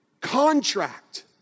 contract